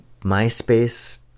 MySpace